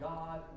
God